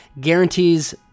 Guarantees